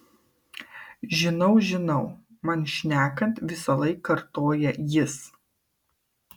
žinau žinau man šnekant visąlaik kartoja jis